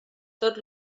tot